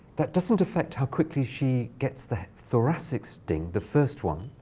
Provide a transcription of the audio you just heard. that doesn't affect how quickly she gets the thoracic sting the first one.